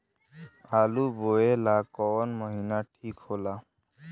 आलू बोए ला कवन महीना ठीक हो ला?